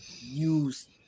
Use